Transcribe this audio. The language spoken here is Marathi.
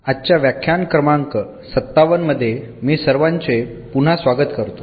आजच्या व्याख्यान क्रमांक 57 मध्ये मी सर्वांचे पुन्हा स्वागत करतो